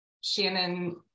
Shannon